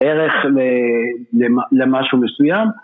ערך ל... למ... למשהו מסוים